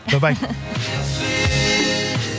Bye-bye